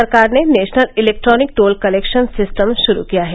सरकार ने national electronic toll collection system शुरू किया है